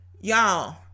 Y'all